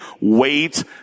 wait